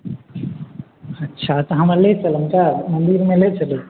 अच्छा तऽ हमरा ले चलब तऽ मन्दिरमे ले चलु